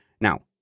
Now